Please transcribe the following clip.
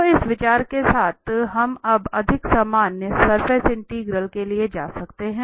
तो इस विचार के साथ हम अब अधिक सामान्य सरफेस इंटीग्रल के लिए जा सकते हैं